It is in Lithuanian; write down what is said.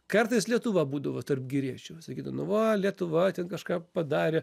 kartais lietuva būdavo tarp geriečių sakydavo nu va lietuva ten kažką padarė